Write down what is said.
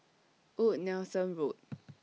Old Nelson Road